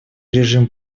режим